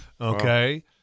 Okay